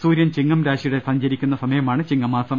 സൂര്യൻ ചിങ്ങം രാശിയിലൂടെ സഞ്ചരിക്കുന്ന സമയമാണ് ചിങ്ങമാസം